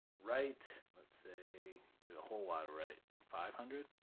right, let's say there's a whole lot right five hundred,